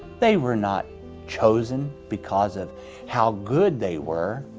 they were not chosen because of how good they were.